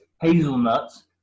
hazelnuts